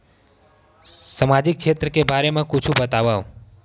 सामजिक क्षेत्र के बारे मा कुछु बतावव?